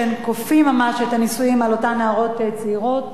שכופות ממש את הנישואים על אותן נערות צעירות.